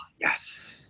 Yes